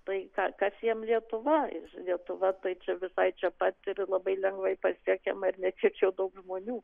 tai kas jiems lietuva ir lietuva tai čia visai čia pat ir labai lengvai pasiekiama ir ne tiek jau daug žmonių